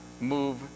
move